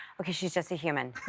okay, she's just a human